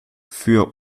für